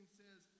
says